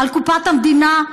על קופת המדינה,